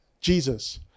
Jesus